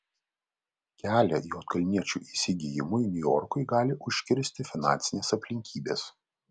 kelią juodkalniečio įsigijimui niujorkui gali užkirsti finansinės aplinkybės